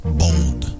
bold